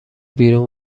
بیرون